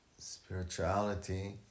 spirituality